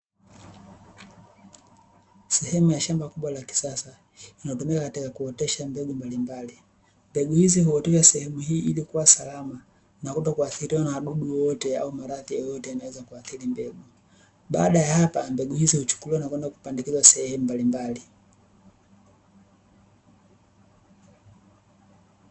Sehemu ya shamba kubwa la kisasa linalotumika katika kuotesha mbegu mbalimbali, mbegu hizi huoteshwa katika eneo hili ili kuwa salama na kutoathiriwa na wadudu wowote au maradhi yoyote yanayoweza kuadhiri mbegu, baada ya hapa mbegu hizi huchukuliwa na kwenda kupandikizwa sehemu mbalimbali.